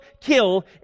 kill